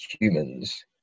humans